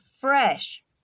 fresh